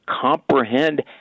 comprehend